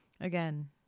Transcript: again